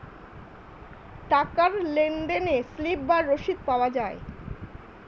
টাকার লেনদেনে স্লিপ বা রসিদ পাওয়া যায়